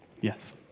Yes